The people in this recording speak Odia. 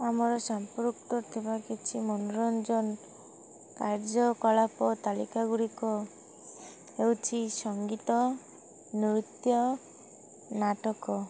ଆମର ସମ୍ପୃକ୍ତ ଥିବା କିଛି ମନୋରଞ୍ଜନ କାର୍ଯ୍ୟକଳାପ ତାଲିକାଗୁଡ଼ିକ ହେଉଛି ସଙ୍ଗୀତ ନୃତ୍ୟ ନାଟକ